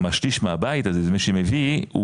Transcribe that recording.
גם השליש מהבית מי שמביא,